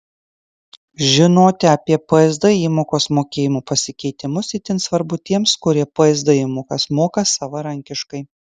žinoti apie psd įmokos mokėjimo pasikeitimus itin svarbu tiems kurie psd įmokas moka savarankiškai